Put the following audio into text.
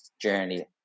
journey